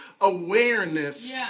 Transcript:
awareness